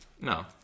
No